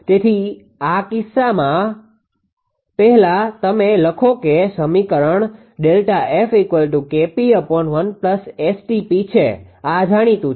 તેથી આ કિસ્સામાં પહેલા તમે લખો કે સમીકરણ ΔF 𝐾𝑃1 𝑆𝑇𝑝 છે આ જાણીતું છે